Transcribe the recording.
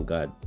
God